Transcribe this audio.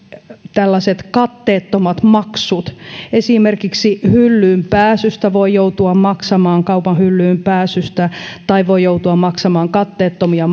ovat katteettomat maksut esimerkiksi hyllyyn pääsystä voi joutua maksamaan kaupan hyllyyn pääsystä tai voi joutua maksamaan katteettomia